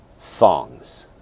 thongs